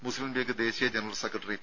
മുസ്ലീം ലീഗ് ദേശീയ general secretary P